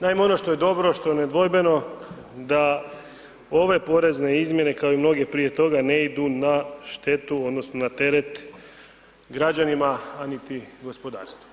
Naime, ono što je dobro što je nedvojbeno da ove porezne izmjene kao i mnoge prije toga ne idu na štetu odnosno na teret građanima, a niti gospodarstvu.